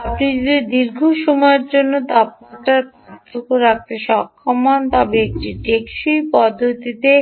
আপনি যদি দীর্ঘ সময়ের জন্য তাপমাত্রার পার্থক্য রাখতে সক্ষম হন তবে একটি টেকসই পদ্ধতিতে